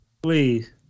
Please